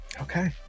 okay